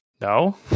No